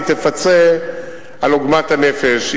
היא תפצה על עוגמת הנפש,